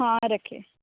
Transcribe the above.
हाँ रखिए